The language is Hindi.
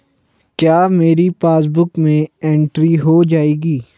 क्या मेरी पासबुक में एंट्री हो जाएगी?